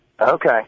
Okay